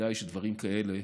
כדאי שדברים כאלה